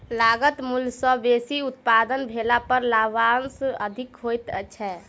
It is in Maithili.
लागत मूल्य सॅ बेसी उत्पादन भेला पर लाभांश अधिक होइत छै